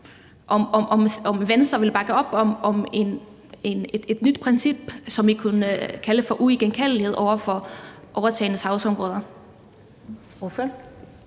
Vil Venstre bakke op om et nyt princip, som vi kunne kalde for uigenkaldelighed, for overtagne sagsområder?